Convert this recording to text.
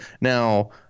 Now